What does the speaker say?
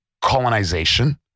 colonization